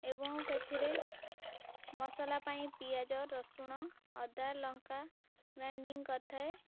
ଏବଂ ସେଥିରେ ମସଲା ପାଇଁ ପିଆଜ ରସୁଣ ଅଦା ଲଙ୍କା ଗ୍ରାଇଣ୍ଡିଙ୍ଗ୍ କରିଥାଏ